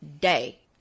day